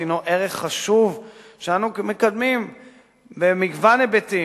ערך חשוב שאנו מקדמים במגוון היבטים,